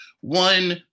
one